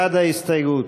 בעד ההסתייגות,